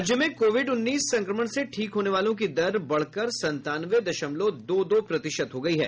राज्य में कोविड उन्नीस संक्रमण से ठीक होने वालों की दर बढ़कर संतानवे दशमलव दो दो प्रतिशत हो गयी है